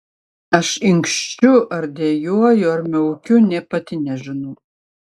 aš inkščiu ar dejuoju ar miaukiu nė pati nežinau